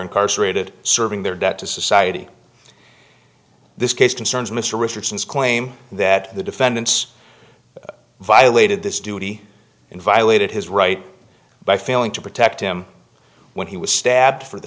incarcerated serving their debt to society this case concerns mr richardson's claim that the defendants violated this duty and violated his rights by failing to protect him when he was stabbed for the